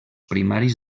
primaris